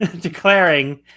declaring